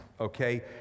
okay